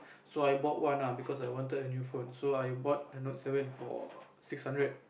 so I bought one ah because I wanted a new phone so I bought the Note-seven for six hundred